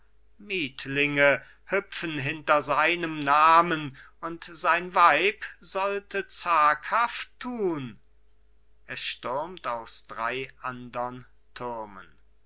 mietlinge hüpfen hinter seinem namen und sein weib sollte zaghaft tun es stürmt auf drei andern türmen